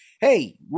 Hey